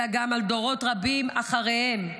אלא גם על דורות רבים אחריהם.